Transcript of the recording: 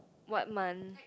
what month